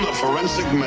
ah forensic um